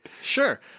Sure